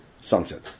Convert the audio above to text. sunset